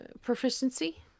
proficiency